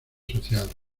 sociales